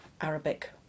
Arabic